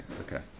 Okay